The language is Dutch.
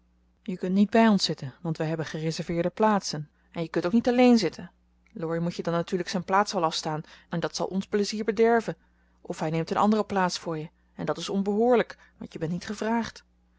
je kunt niet bij ons zitten want wij hebben gereserveerde plaatsen en je kunt ook niet alleen zitten laurie moet je dan natuurlijk zijn plaats wel afstaan en dat zal ons plezier bederven of hij neemt een andere plaats voor je en dat is onbehoorlijk want je bent niet gevraagd